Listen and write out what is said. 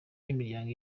n’imiryango